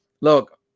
Look